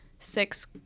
six